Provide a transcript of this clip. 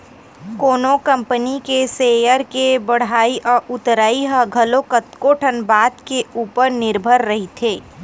कोनो कंपनी के सेयर के बड़हई अउ उतरई ह घलो कतको ठन बात के ऊपर निरभर रहिथे